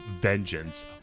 vengeance